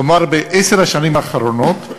כלומר, בעשר השנים האחרונות,